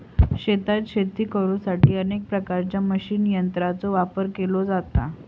शेतात शेती करुसाठी अनेक प्रकारच्या मशीन यंत्रांचो वापर केलो जाता